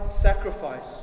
sacrifice